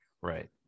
Right